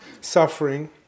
suffering